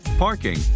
parking